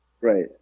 Right